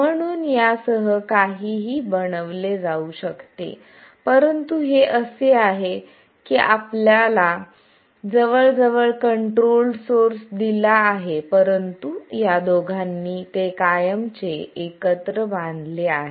म्हणून यासह काहीही बनविले जाऊ शकते परंतु हे असे आहे की आपल्याला जवळ जवळ कंट्रोल्ड सोर्स दिला आहे परंतु या दोघांनी ते कायमचे एकत्र बांधले आहे